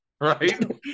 right